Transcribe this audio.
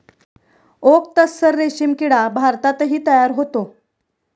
okay tasar रेशीम किडा भारतातही तयार होतो